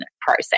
process